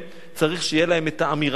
צריך שתהיה להם האמירה שלהם,